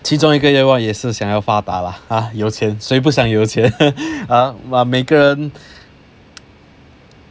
其中一个愿望也是想要发达了 ah 有钱谁不想有钱 ah !wah! 每个人